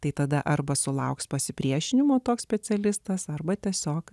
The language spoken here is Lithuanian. tai tada arba sulauks pasipriešinimo toks specialistas arba tiesiog